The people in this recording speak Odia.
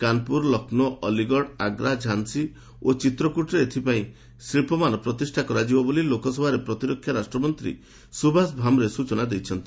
କାନପୁର ଲକ୍ଷ୍ନୌ ଅଲିଗଡ଼ ଆଗ୍ରା ଝାନ୍ସୀ ଓ ଚିତ୍ରକୁଟରେ ଏଥିପାଇଁ ଶିଳ୍ପମାନ ପ୍ରତିଷ୍ଠା କରାଯିବ ବୋଲି ଲୋକସଭାରେ ପ୍ରତିରକ୍ଷା ରାଷ୍ଟ୍ରମନ୍ତ୍ରୀ ସୁଭାଷ ଭାମ୍ରେ ସୂଚନା ଦେଇଛନ୍ତି